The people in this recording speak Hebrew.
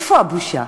איפה הבושה?